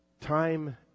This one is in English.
time